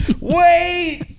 Wait